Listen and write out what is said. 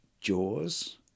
Jaws